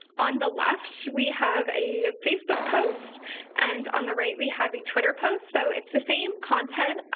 on the left we have a facebook post and on the right we have a twitter post. so it's the same content,